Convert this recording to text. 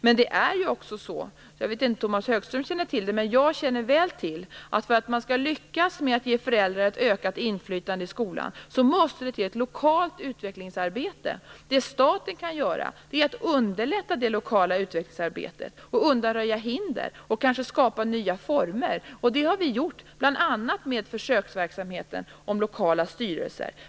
Men det är också så - jag vet inte om Tomas Högström känner till det, men jag känner väl till det - att om man skall lyckas med att ge föräldrarna ett ökat inflytande i skolan måste det till ett lokalt utvecklingsarbete. Det staten kan göra är att underlätta det lokala utvecklingsarbetet och undanröja hinder och kanske skapa nya former. Det har vi gjort bl.a. med försöksverksamheten om lokala styrelser.